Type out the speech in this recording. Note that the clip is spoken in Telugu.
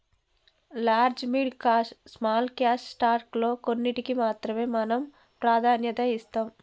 large mid cash small cash stock లో కొన్నింటికీ మాత్రమే మనం ప్రాధాన్యత ఇస్తాం